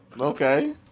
Okay